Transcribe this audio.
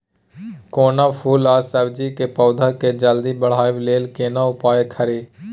कोनो फूल आ सब्जी के पौधा के जल्दी बढ़ाबै लेल केना उपाय खरी?